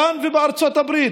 כאן ובארצות-הברית,